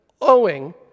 owing